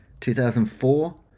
2004